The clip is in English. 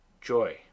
joy